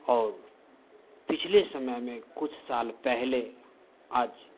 और पिछले समय में कुछ साल पहले आज